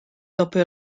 dopo